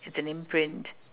it's an imprint